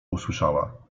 usłyszała